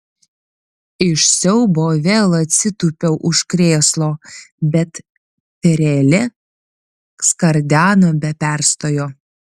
iš siaubo vėl atsitūpiau už krėslo bet trelė skardeno be perstojo